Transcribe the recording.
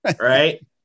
Right